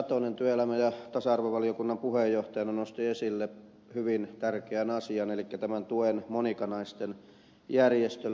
satonen työelämä ja tasa arvovaliokunnan puheenjohtajana nosti esille hyvin tärkeän asian elikkä tuen monika naisten järjestölle